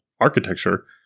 architecture